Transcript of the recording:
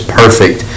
perfect